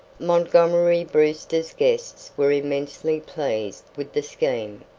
montgomery brewster's guests were immensely pleased with the scheme,